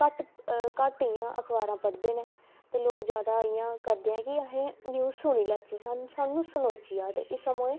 घट्ट इ'यां घट्ट अखबारां पढ़दे न ते लोग जादा इ'यां करदे ऐ कि असें न्यूज़ सुनी लैचे सानूं सानूं सनोची जाए इस कन्नै मोऐ